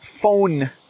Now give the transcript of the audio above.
phone